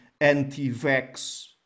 anti-vax